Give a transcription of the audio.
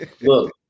Look